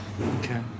Okay